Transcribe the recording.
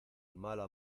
mala